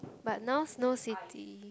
but now Snow City